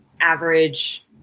average